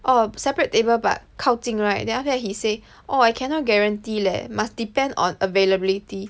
orh separate table but 靠近 right then after that he say oh I cannot guarantee leh must depend on availability